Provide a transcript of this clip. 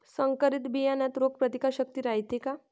संकरित बियान्यात रोग प्रतिकारशक्ती रायते का?